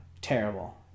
terrible